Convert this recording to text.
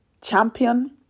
champion